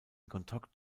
kontakt